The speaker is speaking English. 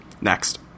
Next